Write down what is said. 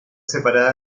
separada